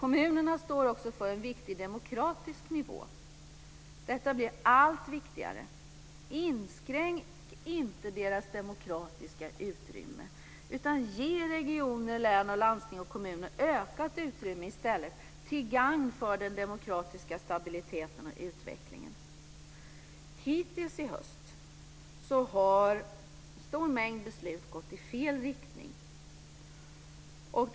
Kommunerna står också för en viktig demokratisk nivå. Detta blir allt viktigare. Inskränk inte deras demokratiska utrymme, utan ge regioner, län, landsting och kommuner ökat utrymme i stället till gagn för den demokratiska stabiliteten och utvecklingen. Hittills i höst har en stor mängd beslut gått i fel riktning.